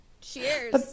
Cheers